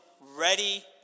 ready